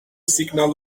signal